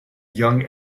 young